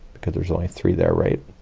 because there's only three there. right?